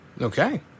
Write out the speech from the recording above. Okay